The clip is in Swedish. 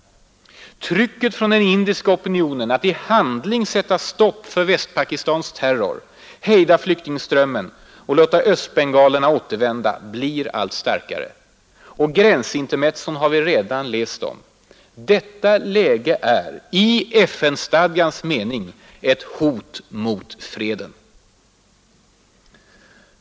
Trycket från den indiska opinionen att i handling sätta stopp för Västpakistans terror, hejda flyktingströmmen och låta östbengalerna återvända blir allt starkare. Gränsintermezzon har vi redan läst om. Detta läge är, i FN-stadgans mening, ett ”hot mot freden”.